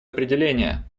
определения